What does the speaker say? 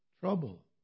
trouble